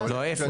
איפה?